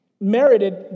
merited